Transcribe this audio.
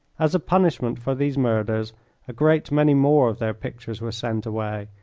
as a punishment for these murders a great many more of their pictures were sent away,